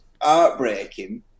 heartbreaking